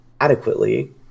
adequately